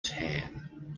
tan